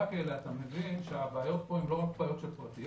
כאלה אתה מבין שהבעיות פה הם לא רק בעיות של פרטיות.